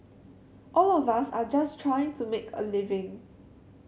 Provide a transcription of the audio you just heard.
all of us are just trying to make a living